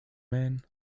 man